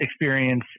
experience